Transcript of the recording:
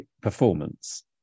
performance